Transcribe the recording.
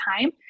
time